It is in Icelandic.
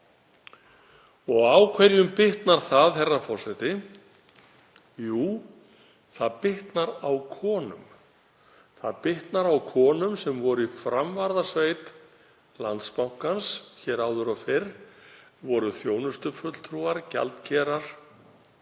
Og á hverjum bitnar það, herra forseti? Jú, það bitnar á konum, það bitnar á konum sem voru í framvarðasveit Landsbankans hér áður fyrr, voru þjónustufulltrúar, gjaldkerar